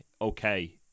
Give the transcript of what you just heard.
okay